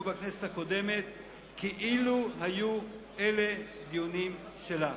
בכנסת הקודמת כאילו היו אלה דיונים שלה.